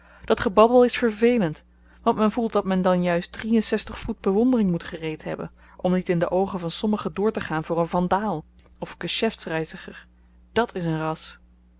dat gebabbel is vervelend want men voelt dat men dan juist drie-en-zestig voet bewondering moet gereed hebben om niet in de oogen van sommigen doortegaan voor een vandaal of geschäfts reiziger dàt is een ras